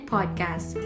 Podcast